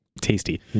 Tasty